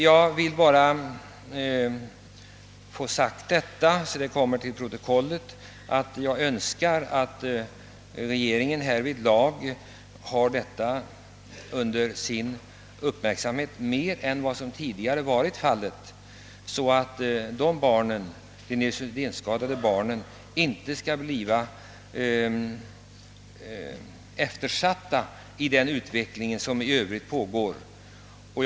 Jag vill bara ha sagt till protokollet, att jag önskar att regeringen skall ha sin uppmärksamhet riktad på detta område mer än vad som tidigare varit fallet, så att de neurosedynskadade barnens behov inte blir eftersatta i den utveckling som pågår på detta område.